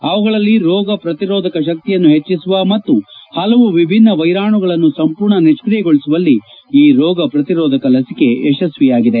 ಅವುಗಳಲ್ಲಿ ರೋಗ ಪ್ರತಿರೋಧಕ ಶಕ್ತಿಯನ್ನು ಹೆಚ್ಚಿಸುವ ಮತ್ತು ಹಲವು ವಿಭಿನ್ನ ವೈರಾಣುಗಳನ್ನು ಸಂಪೂರ್ಣ ನಿತಿಯಗೊಳಿಸುವಲ್ಲಿ ಈ ರೋಗ ಪ್ರತಿರೋಧಕ ಲಸಿಕೆ ಯಶಸ್ತಿಯಾಗಿದೆ